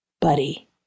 Buddy